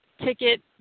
ticket